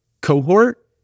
cohort